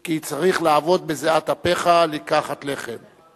כי צריך לעבוד, בזיעת אפיך לקחת לחם.